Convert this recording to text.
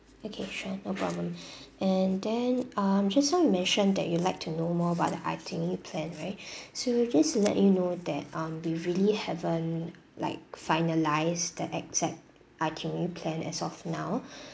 okay sure no problem and then um just now you mentioned that you like to know more about the itinerary plan right so just to let you know that um we really haven't like finalised the exact itinerary plan as of now